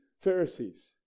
Pharisees